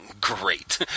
Great